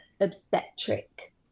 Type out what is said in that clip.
obstetric